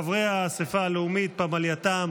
חברי האספה הלאומית, פמלייתם